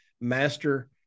master